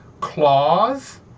claws